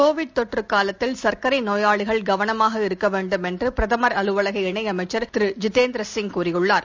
Covid தொற்று காலத்தில் சர்க்கரை நோயாளிகள் கவனமாக இருக்க வேண்டும் என்று பிரதமர் அலுவலக இணை அமைச்சர் டாக்டர் ஹர்ஷ் வர்தன் கூறியுள்ளார்